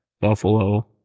Buffalo